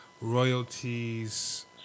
royalties